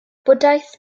bwdhaeth